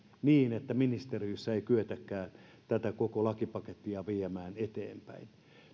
niin että ministeriössä ei kyetäkään tätä koko lakipakettia viemään eteenpäin